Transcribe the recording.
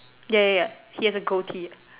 ya ya ya he has a goatee